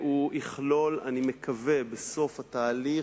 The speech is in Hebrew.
הוא יכלול, אני מקווה, בסוף התהליך,